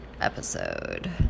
episode